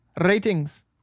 Ratings